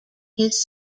his